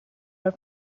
are